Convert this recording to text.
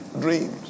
dreams